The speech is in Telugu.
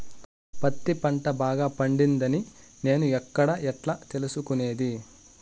పత్తి పంట బాగా పండిందని నేను ఎక్కడ, ఎట్లా తెలుసుకునేది?